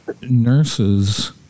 nurses